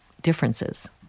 differences